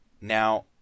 Now